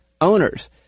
owners